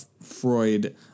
Freud